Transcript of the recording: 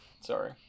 Sorry